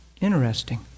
interesting